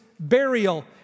burial